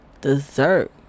dessert